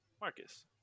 Marcus